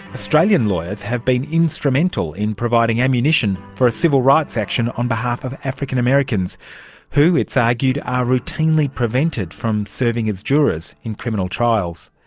australian lawyers have been instrumental in providing ammunition for a civil rights action on behalf of african americans who, it's argued, are routinely prevented from serving as jurors in criminal trials.